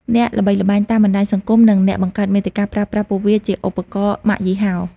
អ្នកល្បីល្បាញតាមបណ្ដាញសង្គម និងអ្នកបង្កើតមាតិកាប្រើប្រាស់ពួកវាជាឧបករណ៍ម៉ាកយីហោ។